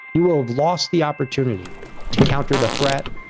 you will have lost the opportunity to counter the threat,